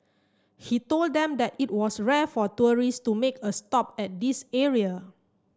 he told them that it was rare for tourist to make a stop at this area